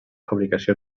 fabricació